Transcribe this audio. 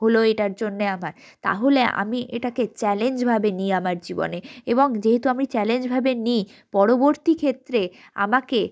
হলো এটার জন্যে আমার তাহলে আমি এটাকে চ্যালেঞ্জভাবে নিই আমার জীবনে এবং যেহেতু আমি চ্যালেঞ্জভাবে নিই পরবর্তী ক্ষেত্রে আমাকে